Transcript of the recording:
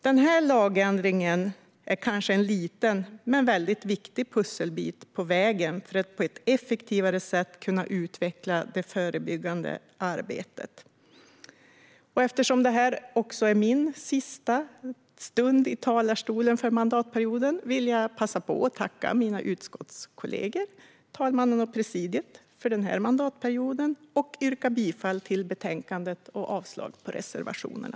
Denna lagändring är en liten men väldigt viktig pusselbit på vägen för att på ett effektivare sätt kunna utveckla det förebyggande arbetet. Eftersom detta också är min sista stund i talarstolen för mandatperioden vill jag passa på att tacka mina utskottskollegor samt talmannen och presidiet för denna mandatperiod. Jag yrkar bifall till förslaget i betänkandet och avslag på reservationerna.